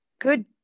good